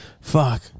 fuck